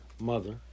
mother